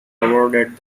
awarded